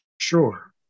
Sure